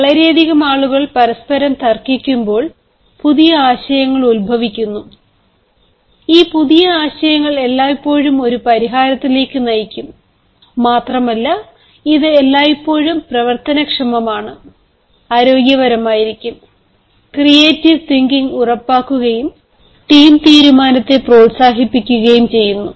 വളരെയധികം ആളുകൾ പരസ്പരം തർക്കിക്കുമ്പോൾ പുതിയ ആശയങ്ങൾ ഉത്ഭവിക്കുന്നു ഈ പുതിയ ആശയങ്ങൾ എല്ലായ്പ്പോഴും ഒരു പരിഹാരത്തിലേക്ക് നയിക്കും മാത്രമല്ല ഇത് എല്ലായ്പ്പോഴും പ്രവർത്തനക്ഷമമാണ് ആരോഗ്യപരമായിരിക്കും ക്രിയേറ്റ് തിങ്കിംഗ് ഉറപ്പാക്കുകയും ടീം തീരുമാനത്തെ പ്രോത്സാഹിപ്പിക്കുകയും ചെയ്യുന്നു